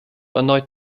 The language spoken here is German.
erneut